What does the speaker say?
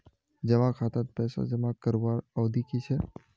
जमा खातात पैसा जमा करवार अवधि की छे?